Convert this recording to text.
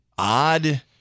odd